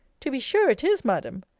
to be sure it is, madam!